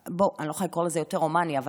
אני לא יכולה לקרוא לזה יותר הומני אבל